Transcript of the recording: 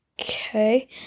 Okay